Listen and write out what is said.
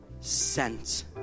sent